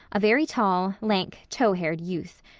a very tall, lank, tow-haired youth.